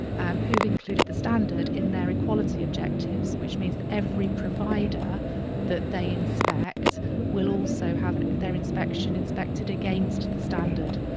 um who've included the standard in their equality objectives, which means that every provider that they inspect will also have their inspection inspected against the standard.